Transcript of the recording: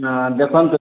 ନା ଦେଖନ୍ତୁ